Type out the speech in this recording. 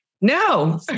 No